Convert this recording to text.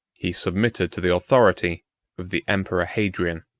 he submitted to the authority of the emperor hadrian.